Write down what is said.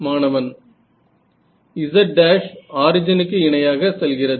மாணவன் z ' ஆரிஜினுக்கு இணையாக செல்கிறது